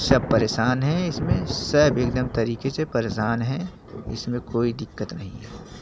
सब परेशान हैं इसमें सब एकदम तरीके से परेशान हैं इसमें कोई दिक्कत नहीं है